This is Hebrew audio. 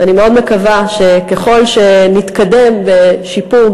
אני מאוד מקווה שככל שנתקדם בשיפור,